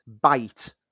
bite